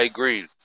green